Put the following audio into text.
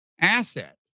asset